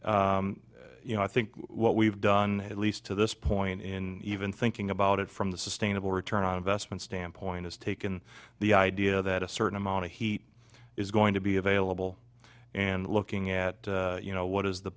you know i think what we've done at least to this point in even thinking about it from the sustainable return on investment standpoint is taken the idea that a certain amount of heat is going to be available and looking at you know what is the